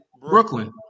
Brooklyn